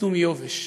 ופחדו מיובש.